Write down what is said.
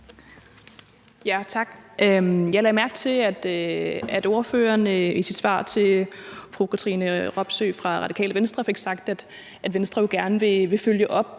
Tak. Jeg lagde mærke til, at ordføreren i sit svar til fru Katrine Robsøe fra Radikale Venstre fik sagt, at Venstre jo gerne vil følge op